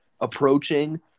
approaching